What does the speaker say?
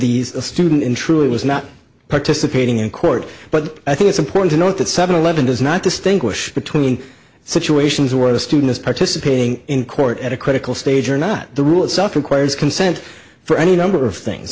these a student in true it was not participating in court but i think it's important to note that seven eleven does not distinguish between situations where the students participating in court at a critical stage are not the rule itself requires consent for any number of things